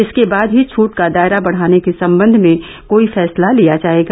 इसके बाद ही छूट का दायरा बढाने के संबंध में कोई फैसला लिया जाएगा